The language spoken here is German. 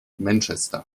manchester